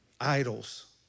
idols